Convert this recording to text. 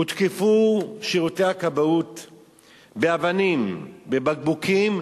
הותקפו שירותי הכבאות באבנים, בבקבוקים,